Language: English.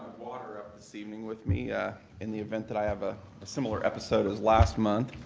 water up this evening with me in the event that i have a similar episode as last month.